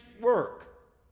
work